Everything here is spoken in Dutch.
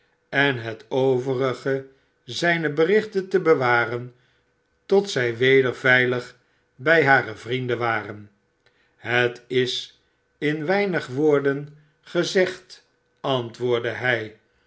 en het overige zijner benchten te bewaren tot zij weder veilig bij hare vrienden waren tiet is m wemig woorden gezegd antwoordde hij